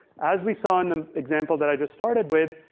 as we saw in the example that i just started with,